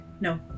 No